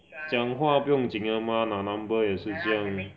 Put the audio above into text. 讲话不用紧的 mah 拿 number 也是这样